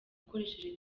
ukoresheje